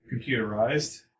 computerized